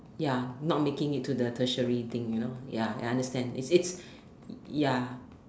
ya not making it to the Tertiary thing you know ya ya I understand is it ya